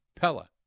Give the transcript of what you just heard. Pella